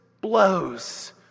blows